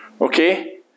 Okay